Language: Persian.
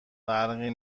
فرقی